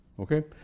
Okay